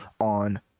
on